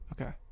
okay